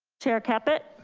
chair caput.